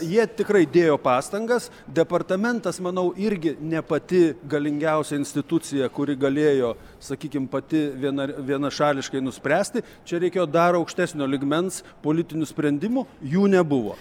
jie tikrai dėjo pastangas departamentas manau irgi ne pati galingiausia institucija kuri galėjo sakykim pati viena vienašališkai nuspręsti čia reikėjo dar aukštesnio lygmens politinių sprendimų jų nebuvo